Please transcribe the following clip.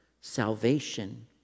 salvation